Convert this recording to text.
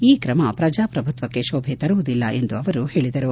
ಈ ಕ್ರಮ ಪ್ರಜಾಪ್ರಭುತ್ವಕ್ಕೆ ಕೋಭೆ ತರುವುದಿಲ್ಲ ಎಂದು ಅವರು ಹೇಳಿದರು